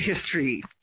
history